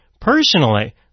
personally